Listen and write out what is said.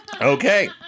Okay